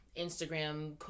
Instagram